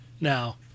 now